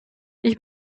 ich